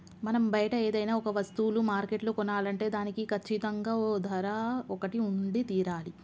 మనం బయట ఏదైనా ఒక వస్తువులు మార్కెట్లో కొనాలంటే దానికి కచ్చితంగా ఓ ధర ఒకటి ఉండి తీరాలి